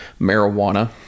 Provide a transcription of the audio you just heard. marijuana